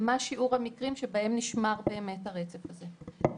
מה שיעור המקרים שבהם באמת נשמר הרצף הזה.